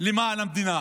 למען המדינה.